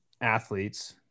athletes